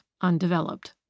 undeveloped